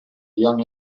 young